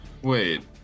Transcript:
wait